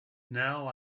now